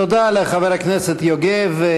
תודה לחבר הכנסת יוגב.